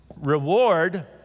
reward